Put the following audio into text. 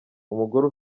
umugore